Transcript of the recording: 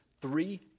Three